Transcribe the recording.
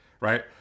right